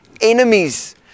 enemies